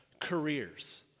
careers